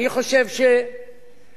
אני חושב שהעובדה